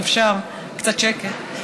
אם אפשר קצת שקט.